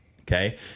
okay